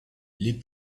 les